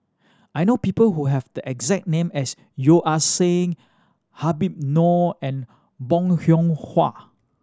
I know people who have the exact name as Yeo Ah Seng Habib Noh and Bong Hiong Hwa